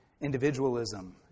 individualism